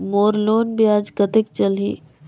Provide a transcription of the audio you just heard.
मोर loan ब्याज कतेक चलही?